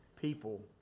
people